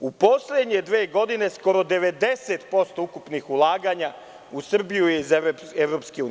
U poslednje dve godine skoro 90% ukupnih ulaganja u Srbiju je iz EU.